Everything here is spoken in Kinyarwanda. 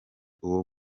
uwo